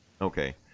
okay